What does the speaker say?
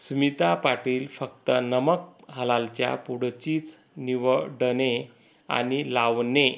स्मिता पाटील फक्त नमक हलालच्या पुढचीच निवडणे आणि लावणे